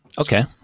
Okay